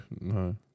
no